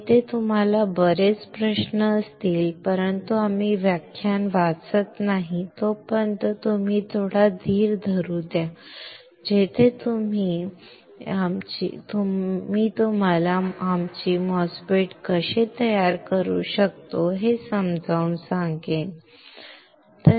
येथे तुम्हाला बरेच प्रश्न असतील परंतु आम्ही व्याख्यान वाचत नाही तोपर्यंत तुम्ही थोडा धीर धरू द्या जेथे मी तुम्हाला आमची MOSFET कशी तयार करू शकता हे समजावून सांगेन ठीक आहे